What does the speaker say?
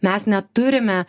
mes neturime